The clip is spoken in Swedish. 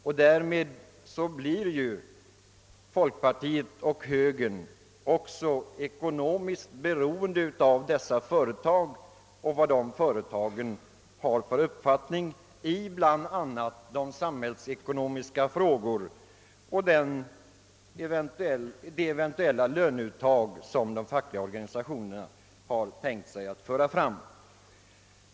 Genom detta stöd blir ju folkpartiet och högern ekonomiskt beroende av dessa företag och av deras uppfattning i bl.a. samhällsekonomiska frågor. En dylik fråga är de eventuella krav på lönehöjningar som de fackliga organisationerna vill föra fram.